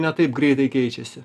ne taip greitai keičiasi